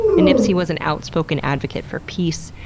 nipsey was an outspoken advocate for peace,